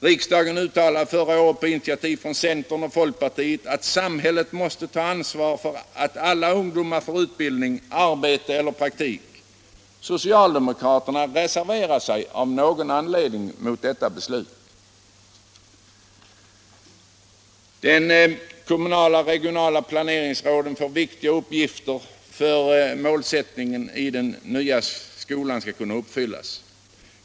Riksdagen uttalade förra året på initiativ från centern och folkpartiet att samhället måste ta ansvaret för att alla ungdomar får utbildning, arbete eller praktik. Socialdemokraterna reserverade sig av någon anledning mot detta beslut. De kommunala och regionala planeringsråden får viktiga uppgifter för att denna målsättning i den nya skolan skall kunna uppfyllas.